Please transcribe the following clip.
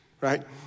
right